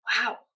wow